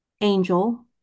Angel